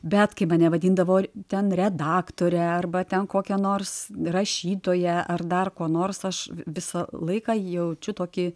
bet kai mane vadindavo ten redaktore arba ten kokia nors rašytoja ar dar kuo nors aš visą laiką jaučiu tokį